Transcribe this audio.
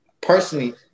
Personally